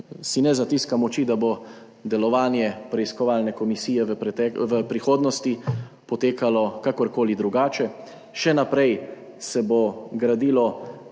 si ne zatiskam oči, da bo delovanje preiskovalne komisije v prihodnosti potekalo kakorkoli drugače, še naprej se bo gradilo